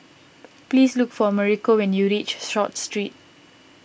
please look for Mauricio when you reach Short Street